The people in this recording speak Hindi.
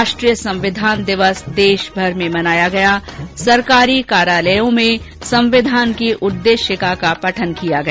राष्ट्रीय संविधान दिवस देशभर में मनाया गया सरकारी कार्यालयों में संविधान की उददेशिका का पठन किया गया